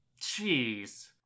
Jeez